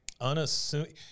unassuming